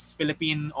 Philippine